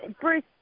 Bruce